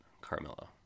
Carmelo